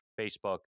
facebook